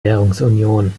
währungsunion